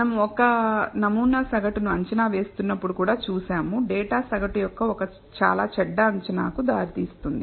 మనం ఒక నమూనా సగటు ను అంచనా వేస్తున్నప్పుడు కూడా చూశాము డేటా సగటు యొక్క చాలా చెడ్డ అంచనాకు దారితీస్తుంది